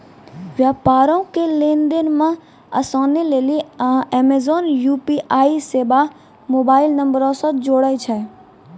व्यापारो के लेन देन मे असानी लेली अमेजन यू.पी.आई सेबा मोबाइल नंबरो से जोड़ै छै